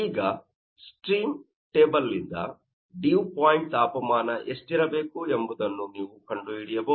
ಈಗ ಸ್ಟೀಮ್ ಟೇಬಲ್ನಿಂದ dew point ತಾಪಮಾನ ಎಷ್ಟಿರಬೇಕು ಎಂಬುದನ್ನು ನೀವು ಕಂಡುಹಿಡಿಯಬಹುದು